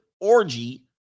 orgy